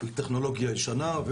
בטכנולוגיה ישנה,